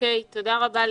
תודה רבה,